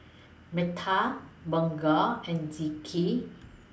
Bunga and Zikri